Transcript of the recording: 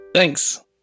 Thanks